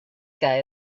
guy